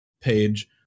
page